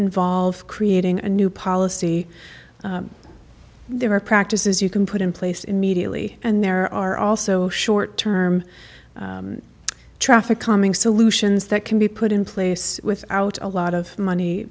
involve creating a new policy there are practices you can put in place immediately and there are also short term traffic calming solutions that can be put in place without a lot of money